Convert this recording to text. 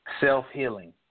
self-healing